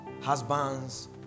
husbands